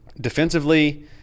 Defensively